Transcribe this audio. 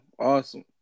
Awesome